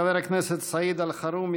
חבר הכנסת סעיד אלחרומי,